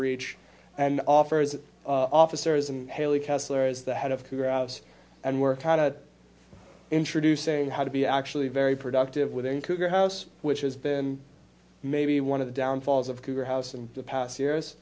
reach and offers officers and haley kessler is the head of carouse and work out a introduce a how to be actually very productive within cougar house which has been maybe one of the downfalls of cougar house in the past years